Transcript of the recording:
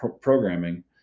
programming